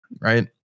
right